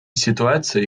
ситуацией